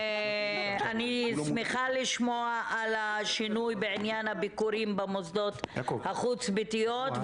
אני שמחה לשמוע על השינוי בעניין הביקורים במוסדות החוץ-ביתיות.